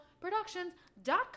productions.com